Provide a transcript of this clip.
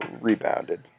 rebounded